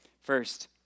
First